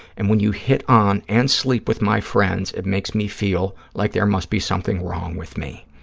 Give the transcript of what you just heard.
and when you hit on and sleep with my friends, it makes me feel like there must be something wrong with me.